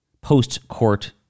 post-court